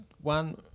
one